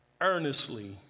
earnestly